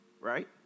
Right